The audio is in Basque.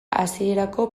hasierako